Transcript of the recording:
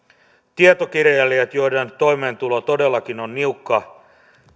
tietokirjailijat joiden toimeentulo todellakin on niukka